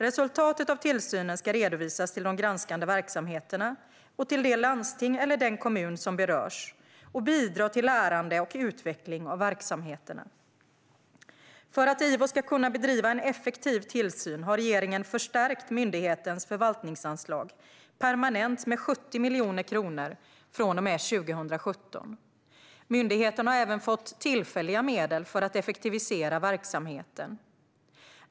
Resultatet av tillsynen ska redovisas till de granskade verksamheterna och till det landsting eller den kommun som berörs och bidra till lärande och utveckling av verksamheterna. För att IVO ska kunna bedriva en effektiv tillsyn har regeringen förstärkt myndighetens förvaltningsanslag permanent med 70 miljoner kronor från och med 2017. Myndigheten har även fått tillfälliga medel för att effektivisera verksamheten.